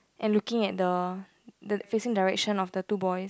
and looking at the the facing direction of the two boys